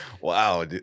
Wow